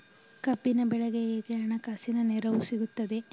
ಕಬ್ಬಿನ ಬೆಳೆಗೆ ಹೇಗೆ ಹಣಕಾಸಿನ ನೆರವು ಸಿಗುತ್ತದೆ?